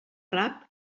rap